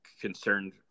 concerned